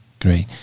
Great